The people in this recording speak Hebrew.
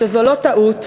שזו לא טעות,